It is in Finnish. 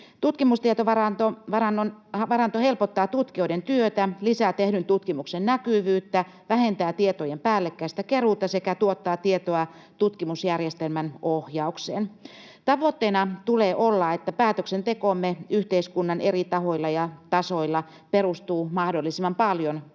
Tutkimustietovaranto helpottaa tutkijoiden työtä, lisää tehdyn tutkimuksen näkyvyyttä, vähentää tietojen päällekkäistä keruuta sekä tuottaa tietoa tutkimusjärjestelmän ohjaukseen. Tavoitteena tulee olla, että päätöksentekomme yhteiskunnan eri tahoilla ja tasoilla perustuu mahdollisimman paljon tutkittuun